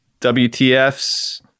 WTFs